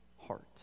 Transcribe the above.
heart